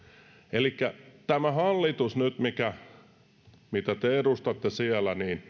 elikkä tämä hallitus nyt mitä te edustatte siellä